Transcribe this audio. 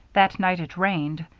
that night it rained,